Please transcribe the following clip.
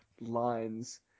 lines